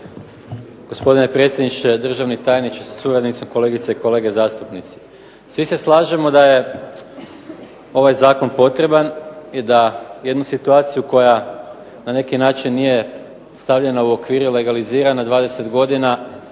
gospodine predsjedniče. Državni tajniče sa suradnicom, kolegice i kolege zastupnici. Svi se slažemo da je ovaj zakon potreban i da jednu situaciju koja na neki način je stavljena u okvir i legalizirana 20 godina,